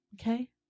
Okay